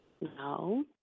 no